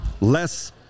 less